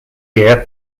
year